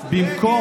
במקום,